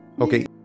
okay